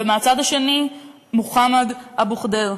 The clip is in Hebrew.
ומהצד השני מוחמד אבו ח'דיר,